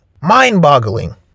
mind-boggling